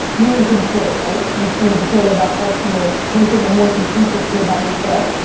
you're in control, right? you're in control about um you know painting a more complete picture about yourself.